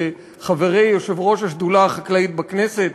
חברי יושב-ראש השדולה החקלאית בכנסת,